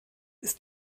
ist